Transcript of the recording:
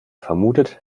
vermutet